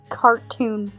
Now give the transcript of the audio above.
cartoon